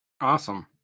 Awesome